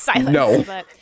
No